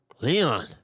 Leon